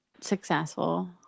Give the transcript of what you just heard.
successful